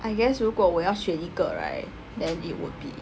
I guess 如果我要选一个 right then it would be